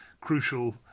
crucial